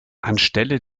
anstelle